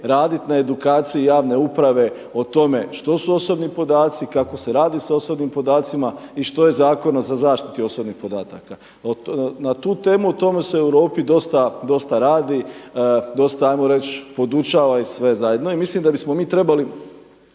radit na edukaciji javne uprave o tome što su osobni podaci, kako se radi sa osobnim podacima i što je sa Zakonom o zaštiti osobnih podataka. Na tu temu o tome se u Europi dosta radi, dosta hajmo reći podučava i sve zajedno i mislim da bismo mi trebali